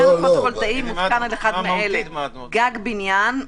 המתקן הפוטו-וולטאי מותקן על אחד מאלה: גג בניין,